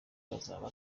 bazaba